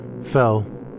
Fell